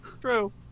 true